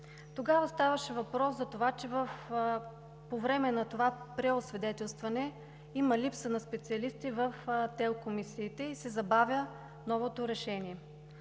Тогава ставаше въпрос, че по време на това преосвидетелстване има липса на специалисти в ТЕЛК комисиите и се забавя новото решение.